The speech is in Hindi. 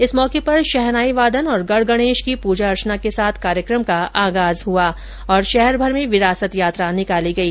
इस मौके पर शहनाई वादन और गढ गणेश की पूजा अर्चना के साथ कार्यक्रम का आगाज हुआ और शहरभर में विरासत यात्रा निकाली गई